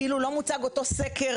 כאילו לא מוצג אותו סקר.